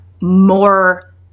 more